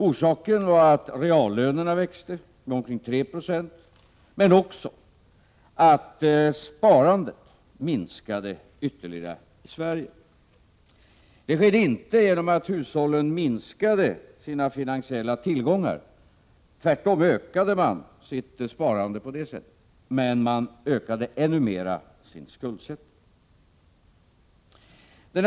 Orsaken var att reallönerna växte med omkring 3 96 men också att sparandet minskade ytterligare i Sverige. Det skedde inte genom att hushållen minskade sina finansiella tillgångar — tvärtom ökade man sitt sparande på det sättet, men man ökade ännu mer sin skuldsättning.